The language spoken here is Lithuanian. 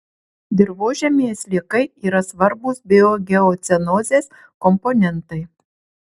dirvožemyje sliekai yra svarbūs biogeocenozės komponentai